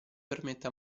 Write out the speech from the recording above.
permette